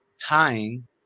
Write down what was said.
tying